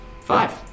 Five